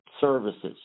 services